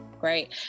Great